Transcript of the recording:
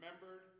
remembered